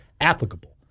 applicable